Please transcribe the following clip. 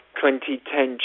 2010